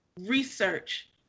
research